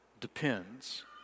depends